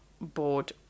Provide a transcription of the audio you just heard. bored